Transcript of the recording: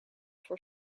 voor